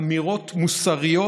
אמירות מוסריות,